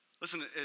Listen